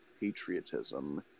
patriotism